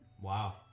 Wow